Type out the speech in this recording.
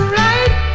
right